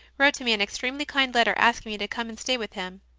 wrote to me an extremely kind letter, asking me to come and stay with him.